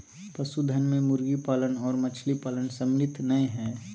पशुधन मे मुर्गी पालन आर मछली पालन सम्मिलित नै हई